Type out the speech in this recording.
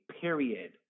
Period